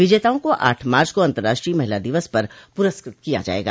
विजेताओं को आठ मार्च को अन्तर्राष्ट्रीय महिला दिवस पर पुरस्कृत किया जायेगा